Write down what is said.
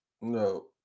No